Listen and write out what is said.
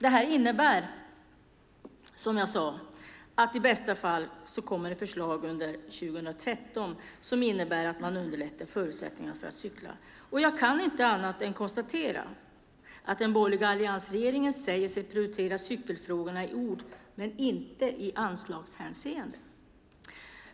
Det här innebär att i bästa fall kommer det förslag under 2013 som innebär att man underlättar förutsättningarna för att cykla. Jag kan inte annat än konstatera att den borgerliga alliansregeringen säger sig prioritera cykelfrågorna i ord men inte i anslagshänseende.